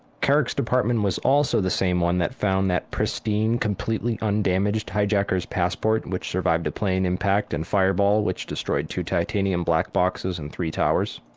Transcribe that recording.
kerik's department was also the same one that found that pristine, completely un-damaged hijacker's passport which survived a plane impact and fireball which destroyed two titanium black boxes and three towers.